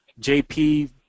JP